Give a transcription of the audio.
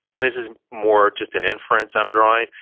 and this is more just an inference i'm drawing.